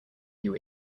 you